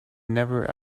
never